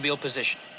position